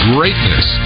Greatness